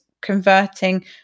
converting